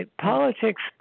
Politics